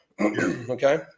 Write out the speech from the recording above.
Okay